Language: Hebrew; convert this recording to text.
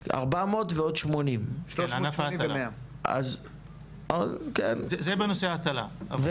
ההטלה, 400 ועוד 80. זה בנושא ההטלה.